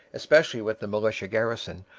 especially with the militia garrison,